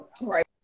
Right